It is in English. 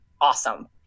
awesome